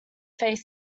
face